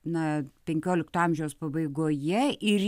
na penkiolikto amžiaus pabaigoje ir